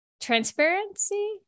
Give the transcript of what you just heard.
transparency